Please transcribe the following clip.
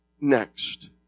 next